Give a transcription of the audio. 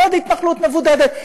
ועוד התנחלות מבודדת,